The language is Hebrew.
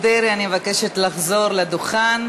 מבקשת לחזור לדוכן.